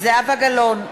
זהבה גלאון,